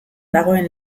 dagoen